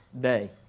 Day